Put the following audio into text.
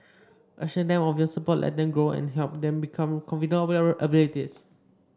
assure them of your support let them grow and help them become confident about their abilities